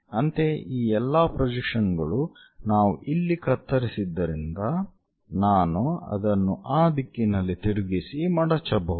ಅಂತೆಯೇ ಈ ಎಲ್ಲಾ ಪ್ರೊಜೆಕ್ಷನ್ಗಳು ನಾವು ಇಲ್ಲಿ ಕತ್ತರಿಸಿದ್ದರಿಂದ ನಾನು ಅದನ್ನು ಆ ದಿಕ್ಕಿನಲ್ಲಿ ತಿರುಗಿಸಿ ಮಡಚಬಹುದು